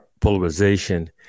polarization